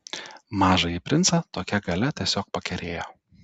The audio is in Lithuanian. mažąjį princą tokia galia tiesiog pakerėjo